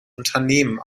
unternehmen